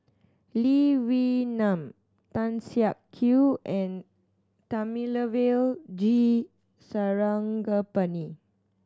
Lee Wee Nam Tan Siak Kew and Thamizhavel G Sarangapani